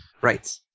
right